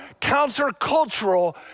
countercultural